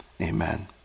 amen